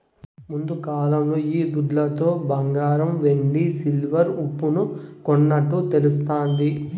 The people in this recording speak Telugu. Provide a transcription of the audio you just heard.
ముందుకాలంలో ఈ దుడ్లతో బంగారం వెండి సిల్వర్ ఉప్పును కొన్నట్టు తెలుస్తాది